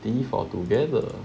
T for together